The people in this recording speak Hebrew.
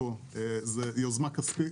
לא בפריפריה,